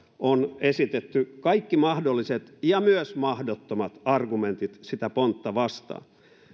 on esitetty kaikki mahdolliset ja myös mahdottomat argumentit sitä pontta vastaan